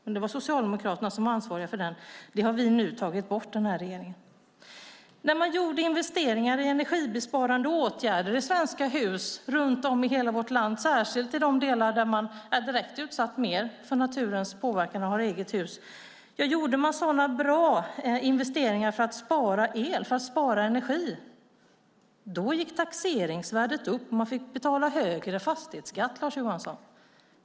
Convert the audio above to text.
Men det var Socialdemokraterna som var ansvariga för detta. Det har den här regeringen nu tagit bort. När människor runt om i hela vårt land gjorde bra investeringar i sina hus för att spara el och för att spara energi, särskilt i de delar där man är mer direkt utsatt för naturens påverkan, gick taxeringsvärdet upp och man fick betala högre fastighetsskatt, Lars Johansson.